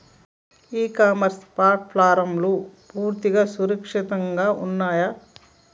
ఇ commerce ప్లాట్ఫారమ్లు పూర్తిగా సురక్షితంగా ఉన్నయా?